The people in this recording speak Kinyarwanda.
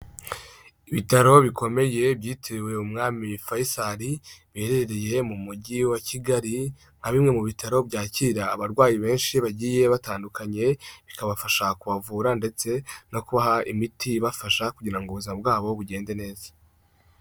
Ibitaro bikomeye byitiriwe umwami Faisal biherereye mu mujyi wa Kigali nka bimwe mu bitaro byakira abarwayi benshi bagiye batandukanye, bikabafasha kubavura ndetse no kubaha imiti ibafasha kugira ngo ubuzima bwabo bugende neza.